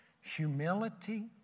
Humility